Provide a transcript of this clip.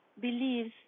believes